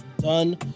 done